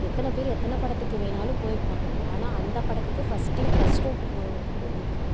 எத்தனை பேர் எத்தனை படத்துக்கு வேணாலும் போய்ருப்பாங்க ஆனால் அந்த படத்துக்கு ஃபர்ஸ்ட் டே ஃபர்ஸ்ட் ஷோ போறவங்க கூட இருக்காங்க